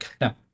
Now